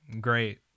Great